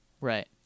Right